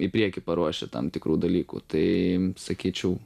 į priekį paruošę tam tikrų dalykų tai sakyčiau